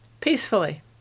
Peacefully